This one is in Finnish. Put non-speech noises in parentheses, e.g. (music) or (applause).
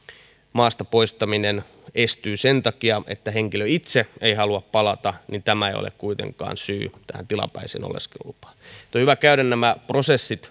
maasta poistaminen estyy sen takia että henkilö itse ei halua palata niin tämä ei ole kuitenkaan syy tähän tilapäiseen oleskelulupaan on hyvä käydä nämä prosessit (unintelligible)